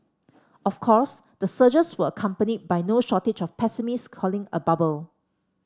of course the surges were accompanied by no shortage of pessimists calling a bubble